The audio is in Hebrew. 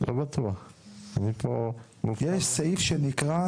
יש סעיף שנקרא